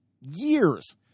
Years